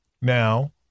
now